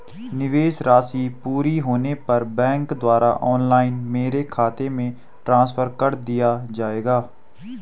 निवेश राशि पूरी होने पर बैंक द्वारा ऑनलाइन मेरे खाते में ट्रांसफर कर दिया जाएगा?